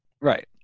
Right